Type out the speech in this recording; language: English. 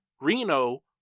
Reno